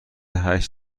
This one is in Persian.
هشت